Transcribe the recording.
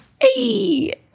hey